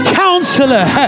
counselor